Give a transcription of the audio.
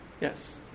Yes